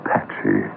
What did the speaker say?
Patchy